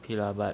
okay lah but